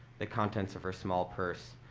the contents of her small purse,